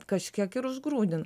kažkiek ir užgrūdina